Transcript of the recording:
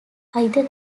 either